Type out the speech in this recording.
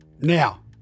Now